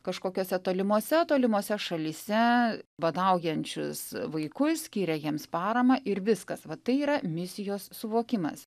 kažkokiose tolimose tolimose šalyse badaujančius vaikus skiria jiems paramą ir viskas va tai yra misijos suvokimas